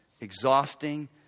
exhausting